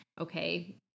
okay